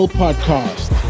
podcast